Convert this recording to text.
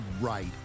right